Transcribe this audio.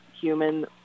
human